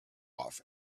off